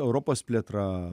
europos plėtra